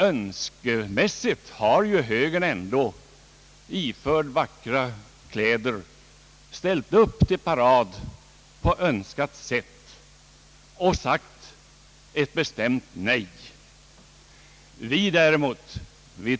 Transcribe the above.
Önskemässigt har ju högern ändå, iförd vackra kläder, ställt upp till parad på önskat sätt och sagt ett bestämt nej. Vi däremot